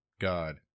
god